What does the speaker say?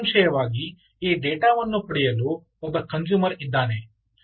ಮತ್ತು ನಿಸ್ಸಂಶಯವಾಗಿ ಈ ಡೇಟಾ ವನ್ನು ಪಡೆಯಲು ಒಬ್ಬ ಕಂಜುಮರ್ ಇದ್ದಾನೆ